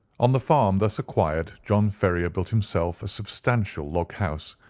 on the farm thus acquired john ferrier built himself a substantial log-house,